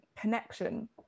connection